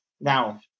now